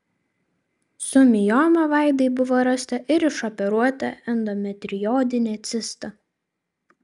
su mioma vaidai buvo rasta ir išoperuota endometrioidinė cista